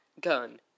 Gun